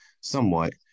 somewhat